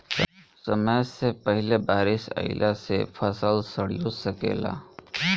समय से पहिले बारिस अइला से फसल सडिओ सकेला